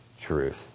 truth